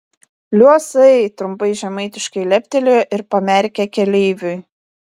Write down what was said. liuosai trumpai žemaitiškai leptelėjo ir pamerkė keleiviui